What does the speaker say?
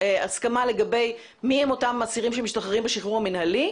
הסכמה לגבי מיהם אותם אסירים שמשתחררים בשחרור המינהלי,